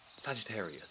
Sagittarius